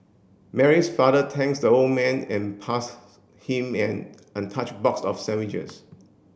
Mary's father thanks the old man and passed him an untouched box of sandwiches